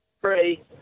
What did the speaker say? free